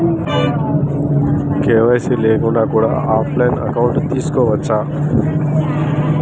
KYC లేకుండా కూడా offline account తీసుకోవచ్చా?